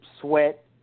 sweat